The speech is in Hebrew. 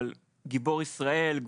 אבל גיבור ישראל,